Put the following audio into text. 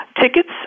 Tickets